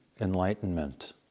enlightenment